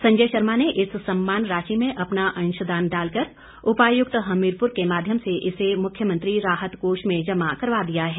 संजय शर्मा ने इस सम्मान राशि में अपना अंशदान डालकर उपायुक्त हमीरपुर के माध्यम से इसे मुख्यमंत्री राहत कोष में जमा करवा दिया है